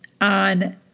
on